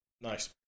Nice